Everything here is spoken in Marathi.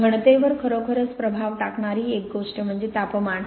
घनतेवर खरोखरच प्रभाव टाकणारी एक गोष्ट म्हणजे तापमान